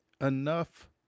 enough